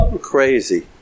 Crazy